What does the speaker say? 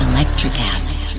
Electricast